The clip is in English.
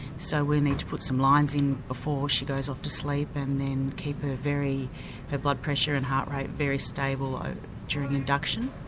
so we'll need to put some lines in before she goes off to sleep and then keep ah her blood pressure and heart rate very stable during induction,